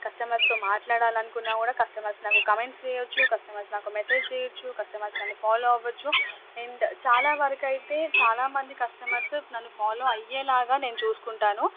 కస్టమర్స్తో మాట్లాడాలనుకున్నా కూడా కస్టమర్స్ నాకు కామెంట్స్ చేయవచ్చు కస్టమర్స్ నాకు మెసేజ్ చేయవచ్చు కస్టమర్స్ నన్ను ఫాలో అవ్వచ్చు అండ్ చాలావరకైతే చాలా మంది కస్టమర్స్ నన్ను ఫాలో అయ్యేలాగా నేను చూసుకుంటాను